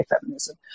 feminism